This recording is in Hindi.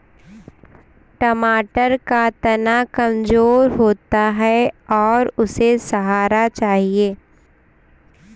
टमाटर का तना कमजोर होता है और उसे सहारा चाहिए